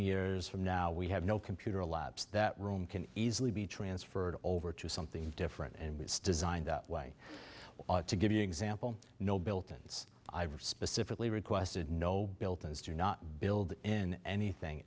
years from now we have no computer labs that room can easily be transferred over to something different and was designed that way to give you an example no built ins i've specifically requested no built as do not build in anything